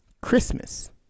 Christmas